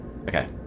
okay